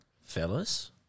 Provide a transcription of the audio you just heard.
fellas